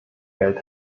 geld